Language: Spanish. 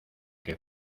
que